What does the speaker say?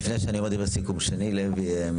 שני לוי,